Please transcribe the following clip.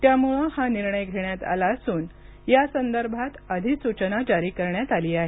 त्यामुळे हा निर्णय घेण्यात आला असून या संदर्भात अधिसूचना जारी करण्यात आली आहे